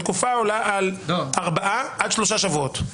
בתקופה העולה על ארבעה, עד שלושה שבועות.